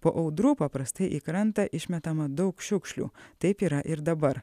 po audrų paprastai į krantą išmetama daug šiukšlių taip yra ir dabar